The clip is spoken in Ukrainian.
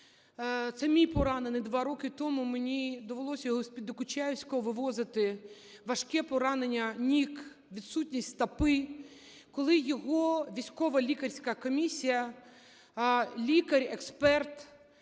це мій поранений, 2 роки тому мені довелося його з-під Докучаєвська вивозити, важке поранення ніг, відсутність стопи, - коли його військова-лікарська комісія, лікар-експерт,